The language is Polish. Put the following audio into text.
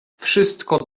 wszystko